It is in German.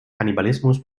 kannibalismus